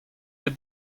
vez